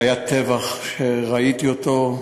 שהיה טבח שראיתי אותו,